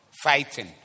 fighting